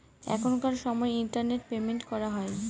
এখনকার সময় internet payment করা হয়